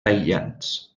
aïllants